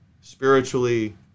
spiritually